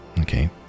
Okay